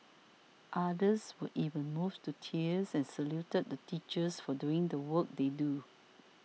others were even moved to tears and saluted the teachers for doing the work they do